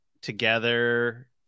together